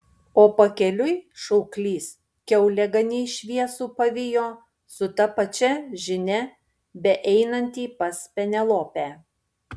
o pakeliui šauklys kiauliaganį šviesų pavijo su ta pačia žinia beeinantį pas penelopę